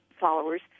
followers